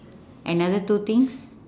another two things